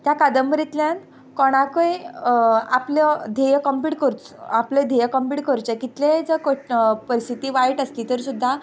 त्या कादंबरीतल्यान कोणाकय आपल्यो धेय कम्पीट करचो आपलें धेय कम्पीट करचें कितलेय ज कट परिस्थिती वायट आसली तरी सुद्दां